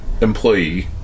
employee